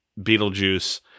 Beetlejuice